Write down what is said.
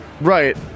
Right